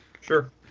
Sure